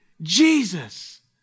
Jesus